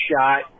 shot